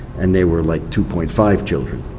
and they were like two point five children.